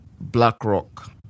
BlackRock